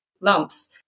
lumps